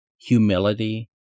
humility